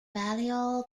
balliol